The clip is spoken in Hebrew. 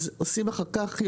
אז עושים אחר כך,